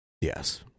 Yes